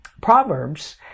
Proverbs